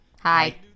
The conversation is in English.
hi